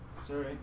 sorry